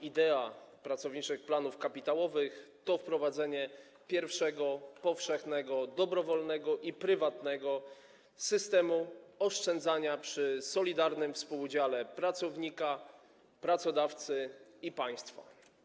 Idea pracowniczych planów kapitałowych to wprowadzenie pierwszego powszechnego, dobrowolnego i prywatnego systemu oszczędzania przy solidarnym współudziale pracownika, pracodawcy i państwa.